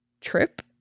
trip